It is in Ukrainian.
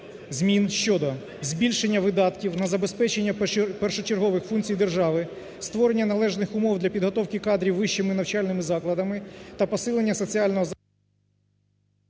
змін щодо збільшення видатків на забезпечення першочергових функцій держави, створення належних умов для підготовки кадрів вищими навчальними закладами та посилення соціального…